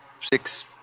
six